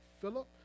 Philip